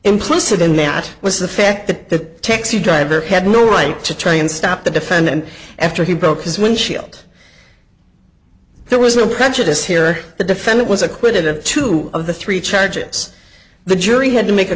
implicit in that was the fact that the taxi driver had no right to try and stop the defendant after he broke his windshield there was no prejudice here the defendant was acquitted of two of the three charges the jury had to make a